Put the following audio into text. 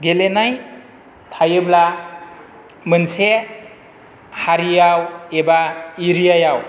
गेलेनाय थायोब्ला मोनसे हारियाव एबा एरियायाव